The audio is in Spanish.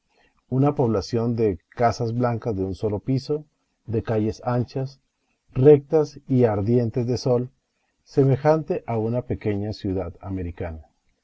una población de casas blancas de un solo piso de calles anchas rectas y ardientes de sol semejante a una pequeña ciudad americana